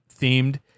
themed